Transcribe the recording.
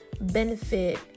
benefit